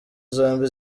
zombi